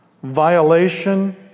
Violation